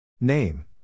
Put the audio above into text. Name